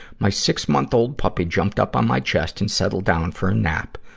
my six-month old puppy jumped up on my chest and settled down for a nap.